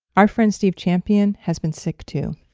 our friend, steve champion has been sick too